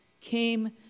Came